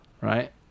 right